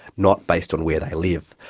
not based on where they live.